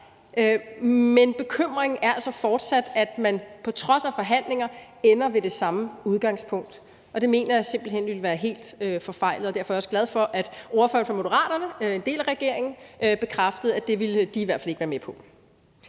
men bekymringen er altså fortsat, at man på trods af forhandlinger ender ved det samme udgangspunkt, og det mener jeg simpelt hen ville være helt forfejlet, og derfor er jeg også glad for, at ordføreren for Moderaterne, en del af regeringen, bekræftede, at det ville de i hvert fald ikke være med på.